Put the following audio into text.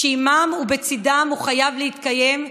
שעימם ובצידם הוא חייב להתקיים,